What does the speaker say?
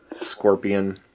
Scorpion